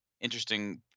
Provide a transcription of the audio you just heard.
interesting